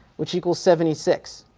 which equals seventy six.